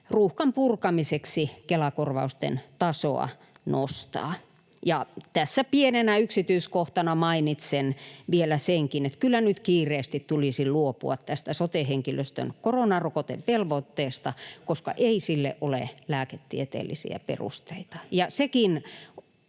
ruuhkan purkamiseksi Kela-korvausten tasoa nostaa. Tässä pienenä yksityiskohtana mainitsen vielä senkin, että kyllä nyt kiireesti tulisi luopua sote-henkilöstön koronarokotevelvoitteesta, koska ei sille ole lääketieteellisiä perusteita.